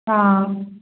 हँ